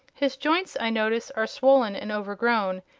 his joints, i notice, are swollen and overgrown,